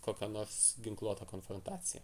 kokia nors ginkluota konfrontacija